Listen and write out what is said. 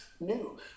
new